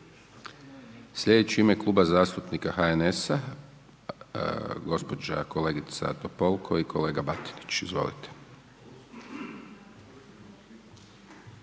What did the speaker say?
Slijedeći u ime Kluba zastupnika HNS-a, gospođa kolegica Topolko i kolega Batinić. Izvolite.